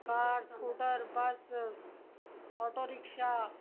car scooter bus auto rickshaw